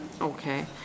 Okay